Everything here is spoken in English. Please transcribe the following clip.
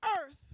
earth